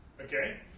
okay